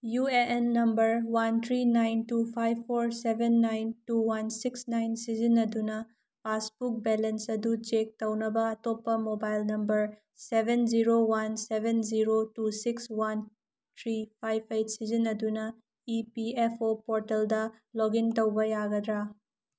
U A N number one three nine two five four seven nine two one six nine ꯁꯤꯖꯤꯟꯅꯗꯨꯅ ꯄꯥꯁꯕꯨꯛ ꯕꯦꯂꯦꯟ ꯑꯗꯨ check ꯇꯧꯅꯕ ꯑꯇꯣꯞꯄ mobile number seven zero one seven zero two six one three five eight ꯁꯤꯖꯤꯟꯅꯗꯨꯅ E P F O ꯄꯣꯔꯇꯦꯜꯗ login ꯇꯧꯕ ꯌꯥꯒꯗ꯭ꯔꯥ